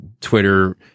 Twitter